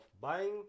buying